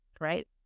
right